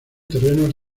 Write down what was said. terrenos